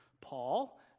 Paul